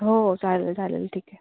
हो चालेल चालेल ठीक आहे